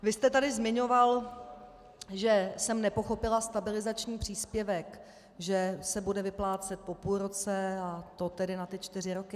Vy jste tady zmiňoval, že jsem nepochopila stabilizační příspěvek, že se bude vyplácet po půl roce, a to na ty čtyři roky.